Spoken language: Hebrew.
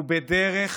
הוא בדרך